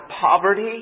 poverty